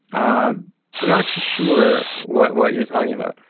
ah i'm not actually sure what what you're talking about.